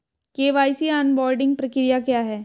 KYC onboarding प्रक्रिया क्या है?